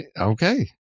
Okay